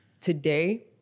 Today